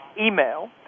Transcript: email